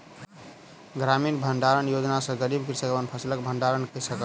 ग्रामीण भण्डारण योजना सॅ गरीब कृषक अपन फसिलक भण्डारण कय सकल